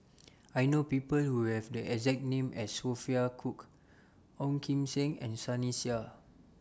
I know People Who Have The exact name as Sophia Cooke Ong Kim Seng and Sunny Sia